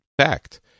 fact